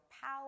power